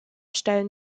stellen